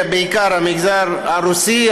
בעיקר המגזר הרוסי,